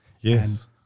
Yes